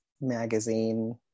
magazine